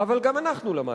אבל גם אנחנו למדנו.